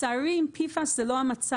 לצערי, עם PFAS זה לא המצב.